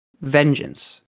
Vengeance